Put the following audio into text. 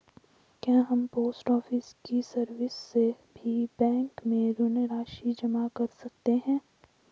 क्या हम post office की सर्विस से भी बैंक में ऋण राशि जमा कर सकते हैं?